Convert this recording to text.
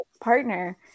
partner